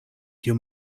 kiu